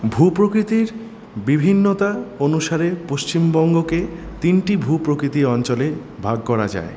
ভূপ্রকৃতির বিভিন্নতা অনুসারে পশ্চিমবঙ্গকে তিনটি ভূপ্রকৃতির অঞ্চলে ভাগ করা যায়